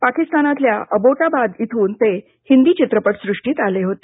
पाकिस्तानातल्या अबोटाबाद इथून ते हिंदी चित्रपट सृष्टित आले होते